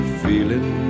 feeling